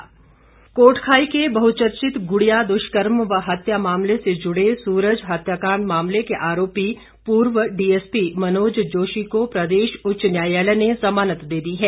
जमानत कोटखाई के बहुचर्चित गुड़िया दुष्कर्म व हत्या मामले से जुड़े सूरज हत्याकांड मामले के आरोपी पूर्व डीएसपी मनोज जोशी को प्रदेश उच्च न्यायालय ने जमानत दे दी है